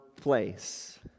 place